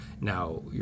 Now